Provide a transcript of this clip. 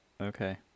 Okay